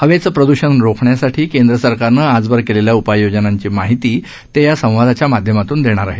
हवेचं प्रदृषण रोखण्यासाठी केंद्र सरकारनं आजवर केलेल्या उपाय योजनांची माहिती ते या संवादाच्या माध्यमातून देणार आहेत